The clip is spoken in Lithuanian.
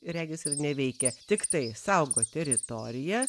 regis ir neveikia tiktai saugo teritoriją